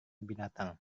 binatang